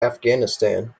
afghanistan